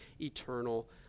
eternal